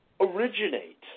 originate